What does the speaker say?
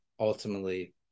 ultimately